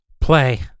Play